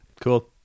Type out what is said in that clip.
cool